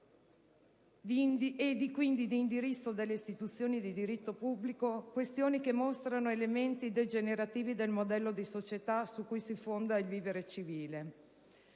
e quindi di indirizzo delle pubbliche istituzioni, questioni che mostrano elementi degenerativi del modello di società su cui si fonda il vivere civile.